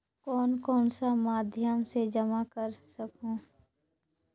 कौन कौन सा माध्यम से जमा कर सखहू?